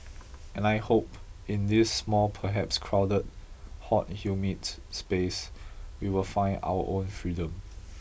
and I hope in this small perhaps crowded hot humid space we will find our own freedom